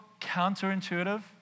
counterintuitive